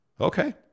Okay